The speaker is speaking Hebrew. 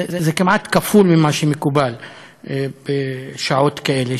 וזה כמעט כפול ממה שמקובל בשעות כאלה,